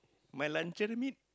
my luncheon meat